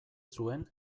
zuen